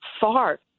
far